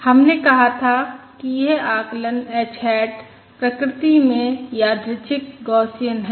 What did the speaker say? हमने कहा था कि यह आकलन h हैट प्रकृति में यादृच्छिक गौसियन है